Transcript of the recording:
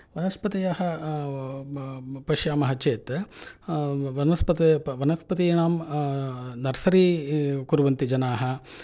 वनस्पतयः पश्यामः चेत् वनस्पते वनस्पतीनां नर्सरी कुर्वन्ति जनाः